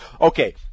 Okay